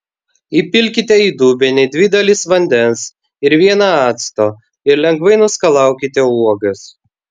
įpilkite į dubenį dvi dalis vandens ir vieną acto ir lengvai nuskalaukite uogas